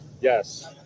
Yes